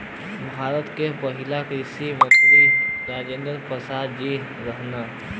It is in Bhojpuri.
भारत के पहिला कृषि मंत्री राजेंद्र प्रसाद जी रहने